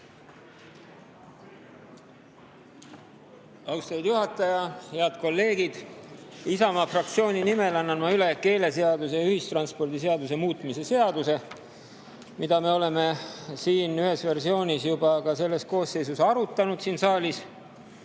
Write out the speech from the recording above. Austatud juhataja! Head kolleegid! Isamaa fraktsiooni nimel annan ma üle keeleseaduse ja ühistranspordiseaduse muutmise seaduse [eelnõu], mida me oleme ühes versioonis juba ka selles koosseisus siin saalis